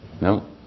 No